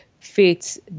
fits